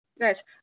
guys